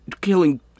killing